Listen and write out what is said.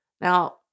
Now